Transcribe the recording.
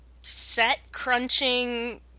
set-crunching